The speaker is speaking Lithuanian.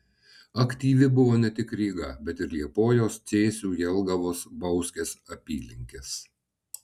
aktyvi buvo ne tik ryga bet ir liepojos cėsių jelgavos bauskės apylinkės